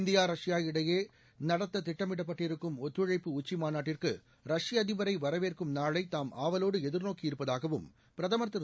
India Russia இடையே நடத்த திட்டமிடப்பட்டிருக்கும் ஒத்துழைப்பு உச்சிமாநாட்டிற்கு ரஷ்ய அதிபரை வரவேற்கும் நாளை தாம் ஆவலோடு எதிர்நோக்கியிருப்பதாகவும் பிரதமர் திரு